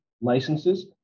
licenses